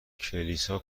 کلیسا